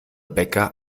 bäcker